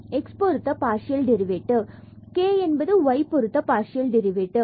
x பொருத்த partial derivative மற்றும் k என்பது y பொருத்த பார்சியல் டெரிவேட்டிவ்